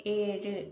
ഏഴ്